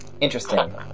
interesting